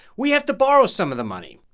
we have to borrow some of the money.